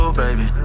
baby